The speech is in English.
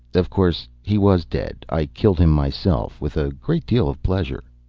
of course he was dead. i killed him myself, with a great deal of pleasure.